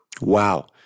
Wow